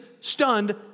stunned